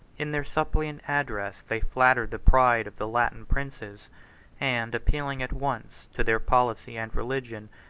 in their suppliant address they flattered the pride of the latin princes and, appealing at once to their policy and religion,